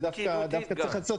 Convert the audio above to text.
דווקא צריך לעשות